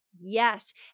Yes